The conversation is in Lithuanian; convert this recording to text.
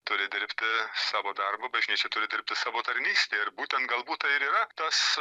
turi dirbti savo darbą bažnyčia turi dirbti savo tarnystę ir būtent galbūt tai ir yra tas